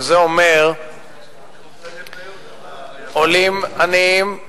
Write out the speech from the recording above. שזה אומר עולים עניים,